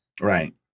Right